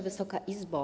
Wysoka Izbo!